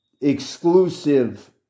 exclusive